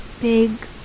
big